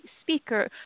speaker